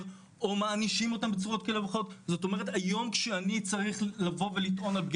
או מענישים אותם בצורות כאלה ואחרות.